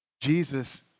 Jesus